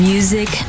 Music